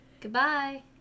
Goodbye